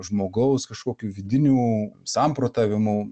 žmogaus kažkokių vidinių samprotavimų